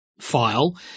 file